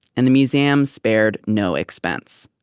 and the museum spared no expense.